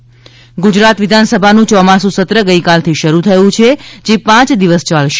વિધાનસભા ગુજરાત વિધાનસભાનું ચોમાસુ સત્ર ગઇકાલથી શરૂ થયું છે જે પાંચ દિવસ યાલશે